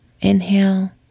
Inhale